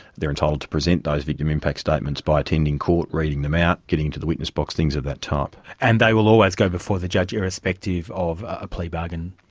they are entitled to present those victim impact statements by attending court, reading them out, getting into the witness box, things of that type. and they will always go before the judge, irrespective of a plea bargain.